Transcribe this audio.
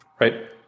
right